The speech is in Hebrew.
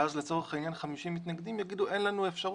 ואז לצורך העניין 50 מתנגדים יגידו: אין לנו אפשרות,